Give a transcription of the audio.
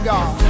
God